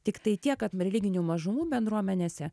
tiktai tiek kad religinių mažumų bendruomenėse